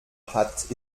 hat